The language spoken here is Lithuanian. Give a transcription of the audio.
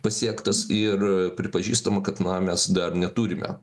pasiektas ir pripažįstama kad na mes dar neturime